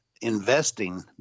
investing